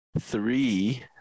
three